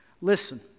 Listen